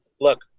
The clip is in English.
Look